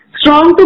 strong